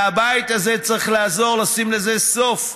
והבית הזה צריך לעזור לשים לזה סוף.